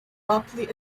rapidly